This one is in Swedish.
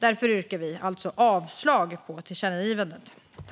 Därför yrkar vi alltså avslag på tillkännagivandet.